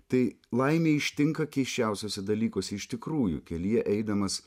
tai laimė ištinka keisčiausiuose dalykuose iš tikrųjų kelyje eidamas